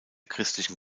christlichen